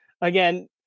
again